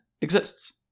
exists